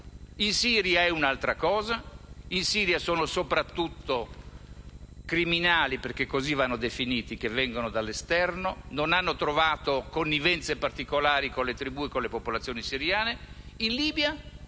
il Daesh è un'altra cosa. In quel Paese si tratta soprattutto di criminali (perché così vanno definiti) che vengono dall'esterno e non hanno trovato connivenze particolari con le tribù e le popolazioni siriane.